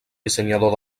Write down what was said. dissenyador